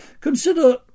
Consider